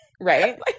Right